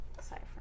cipher